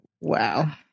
Wow